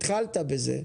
התחלת בזה.